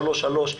שלוש-שלוש,